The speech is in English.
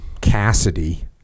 Cassidy